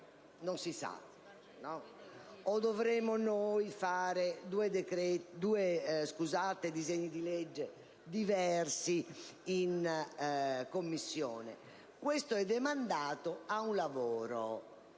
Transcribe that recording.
Non si sa. O dovremo fare due disegni di legge diversi in Commissione? Ciò è demandato a un lavoro